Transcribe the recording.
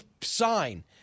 sign